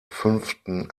fünften